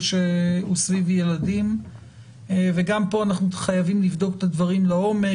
סביב ילדים וגם פה אנחנו חייבים לבדוק את הדברים לעומק,